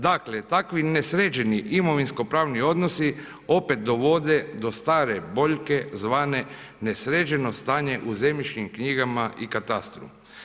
Dakle, takvi nesređeni imovinsko-pravni odnosi opet dovode do stare boljke zvane nesređeno stanje u zemljišnim knjigama i katastru.